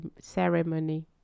ceremony